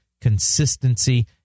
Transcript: consistency